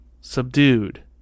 subdued